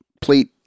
plate